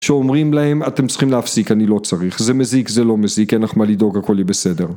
כשאומרים להם אתם צריכים להפסיק אני לא צריך זה מזיק זה לא מזיק אין לך מה לדאוג הכל יהיה בסדר